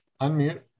Unmute